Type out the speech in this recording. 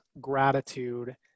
gratitude